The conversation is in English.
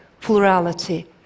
plurality